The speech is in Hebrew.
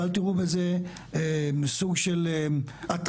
ואל תראו בזה מסוג של התרסה,